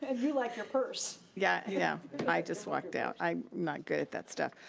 ah you like your purse. yeah yeah and i just walked out. i'm not good at that stuff.